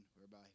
whereby